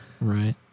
Right